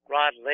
Rod